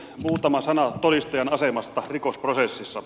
muutama sana todistajan asemasta rikosprosessissa